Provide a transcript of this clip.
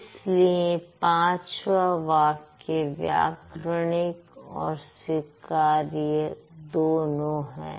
इसलिए पांचवा वाक्य व्याकरणिक और स्वीकार्य दोनों है